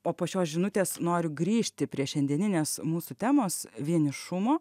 o po šios žinutės noriu grįžti prie šiandieninės mūsų temos vienišumo